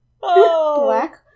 Black